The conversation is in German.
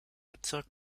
bezirk